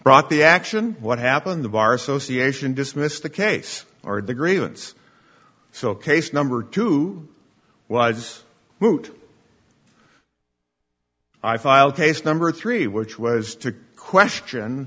brought the action what happened the bar association dismissed the case or the grievance so case number two was moot i filed case number three which was to question